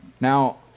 Now